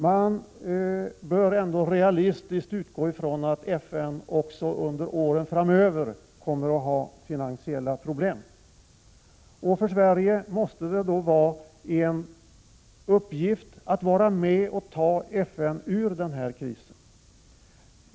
Man bör realistiskt utgå från att FN också under åren framöver kommer att ha finansiella problem. För Sverige måste det vara en uppgift att vara med och hjälpa FN ur denna kris.